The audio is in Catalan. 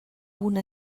una